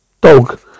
dog